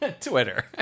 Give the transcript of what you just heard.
Twitter